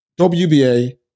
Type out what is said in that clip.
WBA